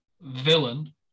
Villain